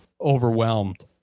overwhelmed